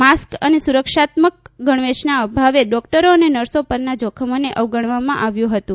mask અને સુરક્ષાત્મક ગણવેશના અભાવે ર્ડોકટર અને નર્સો પરના જોખમોને અવગણવામાં આવ્યું હતુ